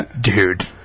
Dude